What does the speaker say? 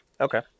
okay